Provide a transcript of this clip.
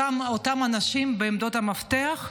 אותם אנשים הם בעמדות המפתח,